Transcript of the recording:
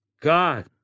God